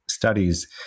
studies